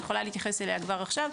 אני יכולה להתייחס אליה כבר עכשיו.